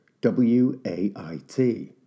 W-A-I-T